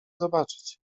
zobaczyć